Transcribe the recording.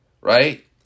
right